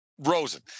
Rosen